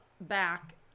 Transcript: back